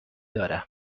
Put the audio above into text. دارم